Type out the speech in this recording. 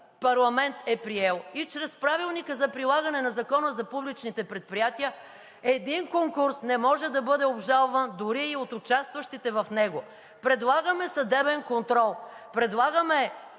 парламент е приел и чрез Правилника за прилагане на Закона за публичните предприятия, един конкурс не може да бъде обжалван дори и от участващите в него. Предлагаме съдебен контрол. Предлагаме